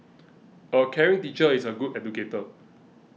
a caring teacher is a good educator